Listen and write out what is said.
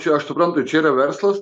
čia aš suprantu čia yra verslas